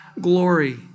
glory